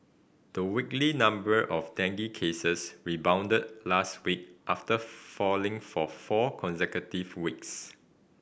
the weekly number of dengue cases rebounded last week after falling for four consecutive weeks